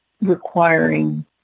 requiring